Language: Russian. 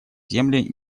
земли